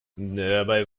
dabei